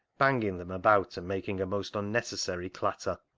banging them about and making a most unnecessary clatter.